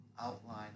outline